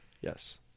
Yes